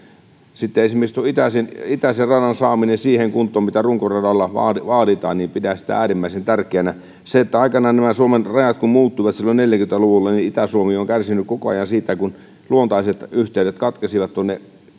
esimerkiksi tuon itäisen radan saamista siihen kuntoon mitä runkoradalta vaaditaan vaaditaan pidän äärimmäisen tärkeänä kun aikanaan nämä suomen rajat muuttuivat silloin neljäkymmentä luvulla niin itä suomi on kärsinyt koko ajan siitä että luontaiset yhteydet tuonne